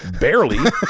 Barely